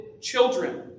children